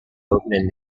opening